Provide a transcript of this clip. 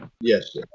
Yes